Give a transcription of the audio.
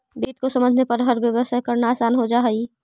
वित्त को समझने पर हर व्यवसाय करना आसान हो जा हई